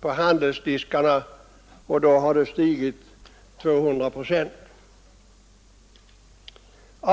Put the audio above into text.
på handelsdiskarna, och då har det stigit 200 procent i pris.